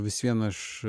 vis viena aš